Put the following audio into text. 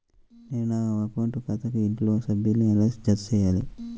నేను నా అకౌంట్ ఖాతాకు ఇంట్లోని సభ్యులను ఎలా జతచేయాలి?